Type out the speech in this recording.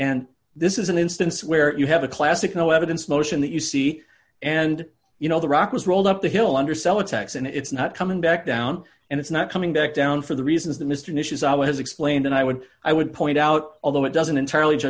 and this is an instance where you have a classic zero evidence motion that you see and you know the rock was rolled up the hill undersell attacks and it's not coming back down and it's not coming back down for the reasons that mr knishes always explained and i would i would point out although it doesn't entirely